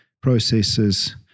processes